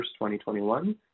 2021